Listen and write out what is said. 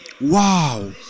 Wow